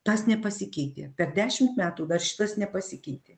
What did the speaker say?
tas nepasikeitė per dešimt metų dar šitas nepasikeitė